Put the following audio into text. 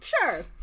sure